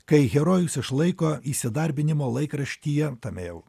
kai herojus išlaiko įsidarbinimo laikraštyje tame jau